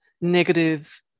negative